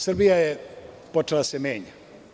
Srbija je počela da se menja.